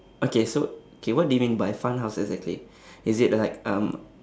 okay so okay what do you mean by fun house exactly is it like um